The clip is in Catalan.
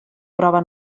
prova